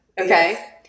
Okay